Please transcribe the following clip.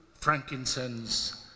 frankincense